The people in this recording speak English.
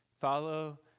Follow